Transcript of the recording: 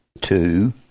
two